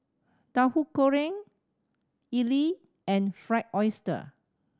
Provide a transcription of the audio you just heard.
Tahu Goreng idly and Fried Oyster